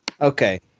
Okay